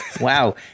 Wow